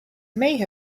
may